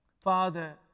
Father